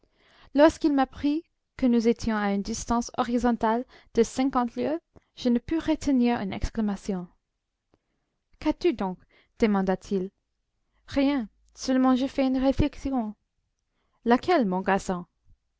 lorsqu'il m'apprit que nous étions à une distance horizontale de cinquante lieues je ne pus retenir une exclamation qu'as-tu donc demanda-t-il rien seulement je fais une réflexion laquelle mon garçon